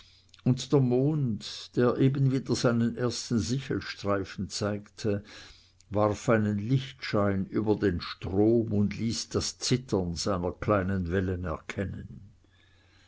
der mond der eben wieder seinen ersten sichelstreifen zeigte warf einen lichtschein über den strom und ließ das zittern seiner kleinen wellen erkennen